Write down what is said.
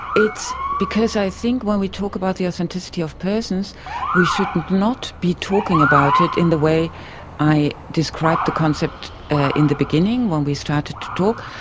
it's because i think when we talk about the authenticity of persons we should not be talking about it in the way i described the concept in the beginning when we started to talk,